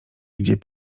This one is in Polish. gdzie